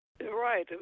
right